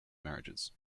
marriages